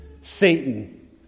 Satan